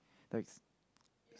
like